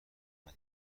اون